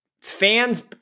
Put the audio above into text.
fans